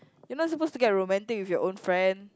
you're not suppose to get romantic with your own friend